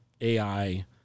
AI